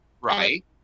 Right